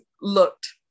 looked